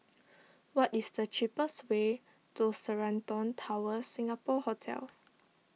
what is the cheapest way to Sheraton Towers Singapore Hotel